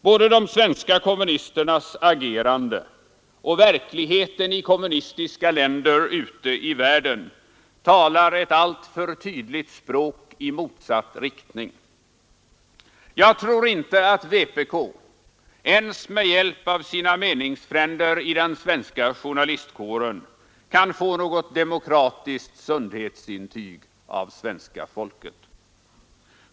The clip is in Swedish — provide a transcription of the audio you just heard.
Både de svenska kommunisternas agerande och verkligheten i kommunistiska länder ute i världen talar ett alltför tydligt språk i motsatt riktning. Jag tror inte att vpk ens med hjälp av sina meningsfränder i den svenska journalistkåren kan få något demokratiskt sundhetsintyg av svenska folket.